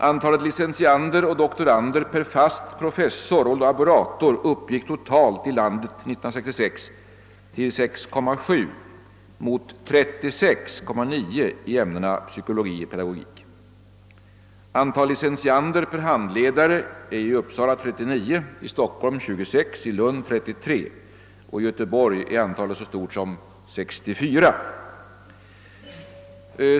Antalet licentiander och doktorander per fast professor och laborator uppgick totalt i landet 1966 till 6,7 mot 36,9 i ämnena psykologi och pedagogik. Antalet licentiander per handledare är i Uppsala 39, i Stockholm 26 och i Lund 33. I Göteborg är antalet så stort som 64.